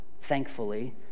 thankfully